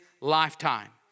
lifetime